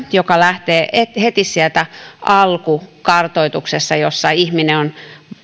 joka lähtee heti sieltä alkukartoituksesta kun ihminen on